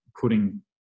putting